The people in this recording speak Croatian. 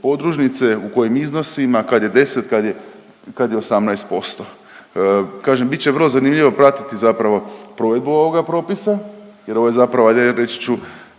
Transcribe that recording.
u kojim iznosima, kad je 10, kad je 18%. Kažem bit će vrlo zanimljivo pratiti zapravo provedbu ovoga propisa jer ovo je zapravo ajde reći ću